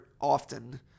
often